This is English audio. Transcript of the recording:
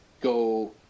go